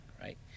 right